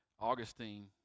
Augustine